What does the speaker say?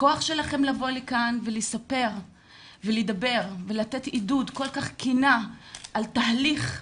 הכוח שלכן לבוא לכאן ולספר ולדבר לתת עידוד כל כך כנה על תהליך פוגעני,